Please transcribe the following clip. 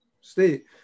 state